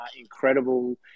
incredible